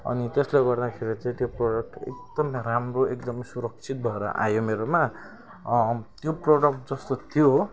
अनि त्यसले गर्दाेखेरि चाहिँ त्यो प्रोडक्ट एकदमै राम्रो एकदमै सुरक्षित भएर आयो मेरोमा त्यो प्रोडक्ट जस्तो थियो